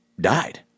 died